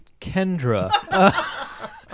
kendra